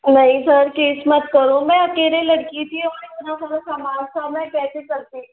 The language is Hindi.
नहीं सर केस मत करो मैं अकेले लड़की थी और इतना सारा समान था मैं कैसे करती